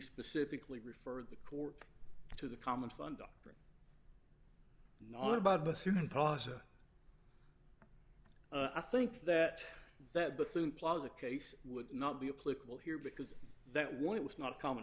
specifically referred the court to the common fund doctrine not about bassoon pausa i think that that buffoon plaza case would not be a political here because that one it was not a common